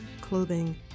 clothing